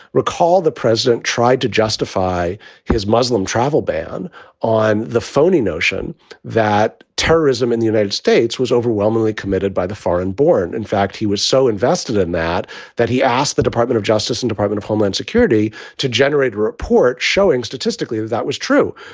recall, the president tried to justify his muslim travel ban on the phony notion that terrorism in the united states was overwhelmingly committed by foreign born. in fact, he was so invested in that that he asked the department of justice and department of homeland security to generate a report showing statistically that that was true.